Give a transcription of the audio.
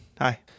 hi